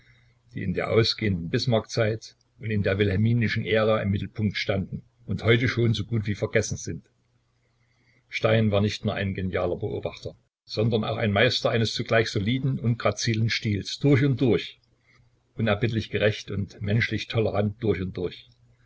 die in der ausgehenden bismarck-zeit und in der wilhelminischen ära im mittelpunkt standen und heute schon so gut wie vergessen sind stein war nicht nur ein genialer beobachter sondern auch ein meister eines zugleich soliden und grazilen stils durch und durch unerbittlich gerecht und menschlich tolerant durch und durch